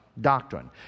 doctrine